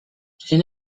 zein